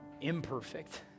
imperfect